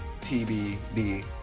TBD